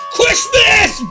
Christmas